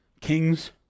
Kings